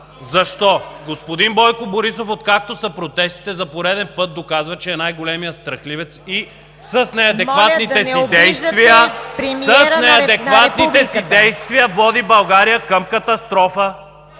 Защо? Господин Бойко Борисов, откакто са протестите, за пореден път доказва, че е най-големият страхливец и с неадекватните си действия… (Ръкопляскания от